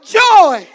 joy